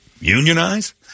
unionize